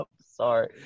sorry